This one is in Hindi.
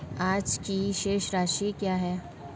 आज की शेष राशि क्या है?